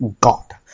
God